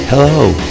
Hello